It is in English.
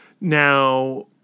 Now